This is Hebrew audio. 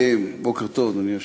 בוקר טוב, אדוני היושב-ראש,